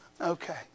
Okay